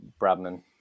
Bradman